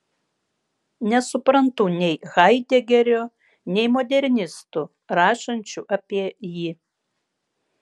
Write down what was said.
nesuprantu nei haidegerio nei modernistų rašančių apie jį